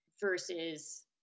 versus